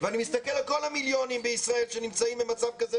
ואני מסתכל על כל המיליונים בישראל שנמצאים במצב כזה,